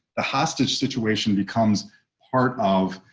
the hostage situation becomes part of